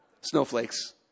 Snowflakes